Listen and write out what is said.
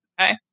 Okay